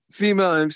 female